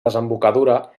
desembocadura